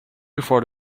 before